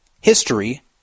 history